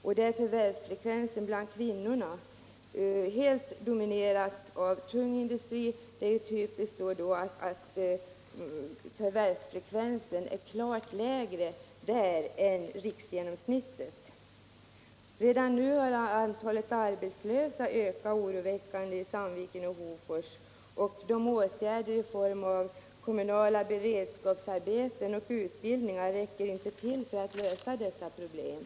På orter som domineras av tung industri är förvärvsfrekvensen bland kvinnorna klart lägre än riksgenomsrvittet. Redan nu har antalet arbetslösa ökat oroväckande i Sandviken och Hofors, och åtgärder i form av kommunala beredskapsarbeten och utbildning räcker inte till för att lösa dessa problem.